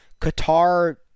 Qatar